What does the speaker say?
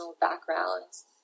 backgrounds